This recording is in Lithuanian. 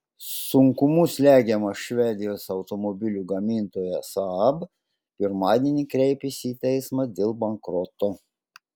sunkumų slegiama švedijos automobilių gamintoja saab pirmadienį kreipėsi į teismą dėl bankroto